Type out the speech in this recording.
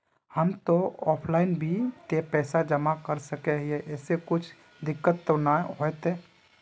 हम ते ऑफलाइन भी ते पैसा जमा कर सके है ऐमे कुछ दिक्कत ते नय न होते?